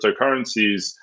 cryptocurrencies